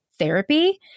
therapy